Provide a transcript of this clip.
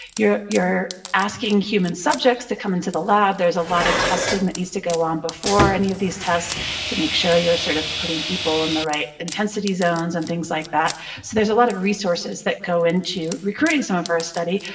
you're you're asking human subjects to come into the lab. there's a lot of testing that needs to go on before any of these tests to make sure you're sort of putting people in the right intensity zones and things like that, so there's a lot of resources that go into recruiting someone for a study,